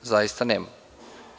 Zaista nemamo.